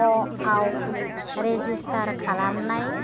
अ' आव रेजिस्टार खालामखानाय